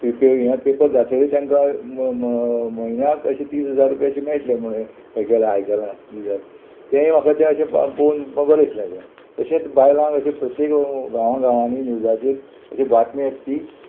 pay पे हे paper जातकीर तेंकां म्हयन्याक अशें तीस हजार रुपया अशें मेळटलें म्हुणू हे केल्यार आयकलां न्यूजार तेंय म्हाका तें अशें पळोवन बरयतलें जें तशेंच बायलांक अशें प्रत्येक गांवां गांवांनी न्युजाचेर अशी बातमी येत ती